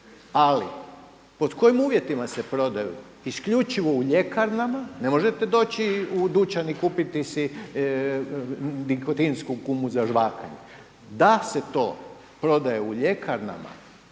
Ali pod kojim uvjetima se prodaju? Isključivo u ljekarnama. Ne možete doći u dućan i kupiti si nikotinsku gumu za žvakanje. Da se to prodaje u ljekarnama